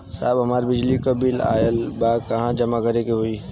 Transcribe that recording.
साहब हमार बिजली क बिल ऑयल बा कहाँ जमा करेके होइ?